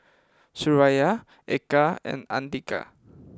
Suraya Eka and Andika